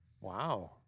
Wow